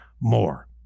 more